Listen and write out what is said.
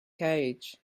cage